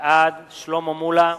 בעד שלמה מולה,